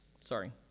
Sorry